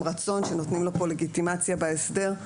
רצון שנותנים לו לגיטימציה בהסדר,